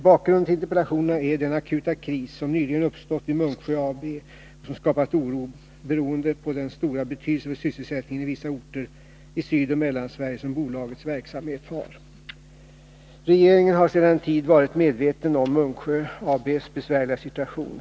Bakgrunden till interpellationerna är den akuta kris som nyligen uppstått vid Munksjö AB och som skapat oro beroende på den stora betydelse för sysselsättningen i vissa orter i Sydoch Mellansverige som bolagets verksamhet har. Regeringen har sedan en tid varit medveten om Munksjö AB:s besvärliga situation.